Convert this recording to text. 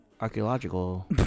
archaeological